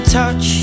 touch